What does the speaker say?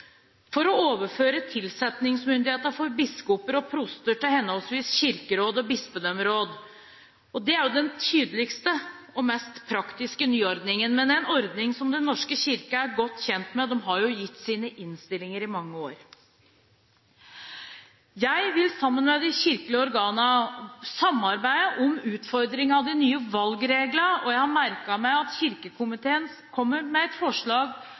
for å overføre tilsettingsmyndighet for biskoper og proster til henholdsvis Kirkerådet og bispedømmerådene. Det er den tydeligste og mest praktiske nyordningen, men det er en ordning som Den norske kirke er godt kjent med. De har jo gitt sine innstillinger i mange år. Jeg vil sammen med de kirkelige organene samarbeide om utforming av de nye valgreglene. Jeg har merket meg at kirkekomiteen kommer med et forslag